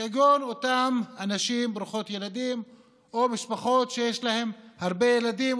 כגון של אותם אנשים ממשפחות ברוכות ילדים או משפחות שיש להן הרבה ילדים,